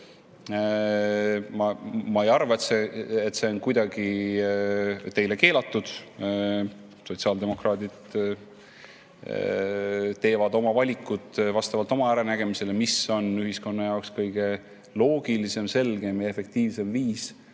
Ma ei arva, et see oleks kuidagi teile keelatud. Sotsiaaldemokraadid teevad oma valikud vastavalt oma äranägemisele, et mis on ühiskonna jaoks kõige loogilisem, selgem ja efektiivsem viis